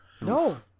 No